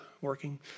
working